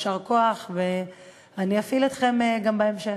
יישר כוח, ואני אפעיל אתכם גם בהמשך.